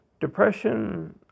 depression